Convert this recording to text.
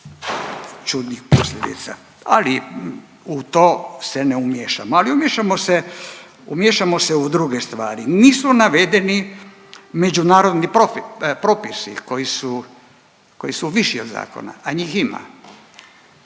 čudnih posljedica, ali u to se ne umiješam, ali umiješamo, umiješamo se u druge stvari. Nisu navedeni međunarodni propisi koji su, koji su viši od zakona, a njih ima.